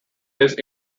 this